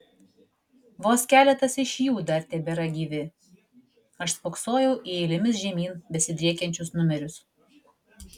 vos keletas iš jų dar tebėra gyvi aš spoksojau į eilėmis žemyn besidriekiančius numerius